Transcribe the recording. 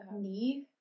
knee